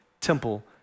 temple